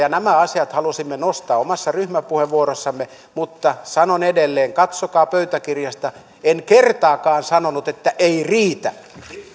nämä asiat halusimme nostaa omassa ryhmäpuheenvuorossamme mutta sanon edelleen katsokaa pöytäkirjasta en kertaakaan sanonut että ei riitä